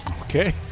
Okay